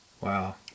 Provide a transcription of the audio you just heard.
Wow